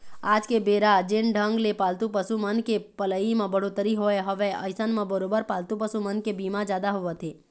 आज के बेरा जेन ढंग ले पालतू पसु मन के पलई म बड़होत्तरी होय हवय अइसन म बरोबर पालतू पसु मन के बीमा जादा होवत हे